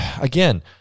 again